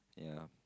ya